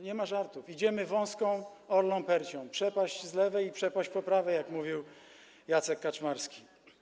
Nie ma żartów, idziemy wąską Orlą Percią - przepaść z lewej i przepaść po prawej, jak mówił Jacek Kaczmarski.